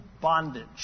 bondage